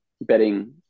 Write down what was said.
betting